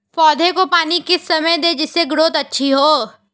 पौधे को पानी किस समय दें जिससे ग्रोथ अच्छी हो?